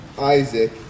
Isaac